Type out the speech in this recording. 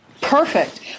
Perfect